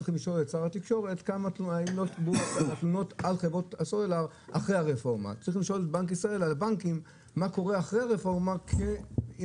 כמו שצריך לשאול את בנק ישראל מה קורה אחרי הרפורמה בנוגע לבנקים.